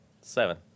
Seven